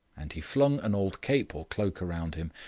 and he flung an old cape or cloak round him,